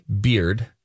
beard